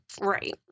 Right